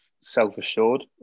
self-assured